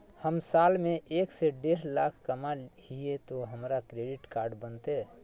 हम साल में एक से देढ लाख कमा हिये तो हमरा क्रेडिट कार्ड बनते?